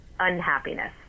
unhappiness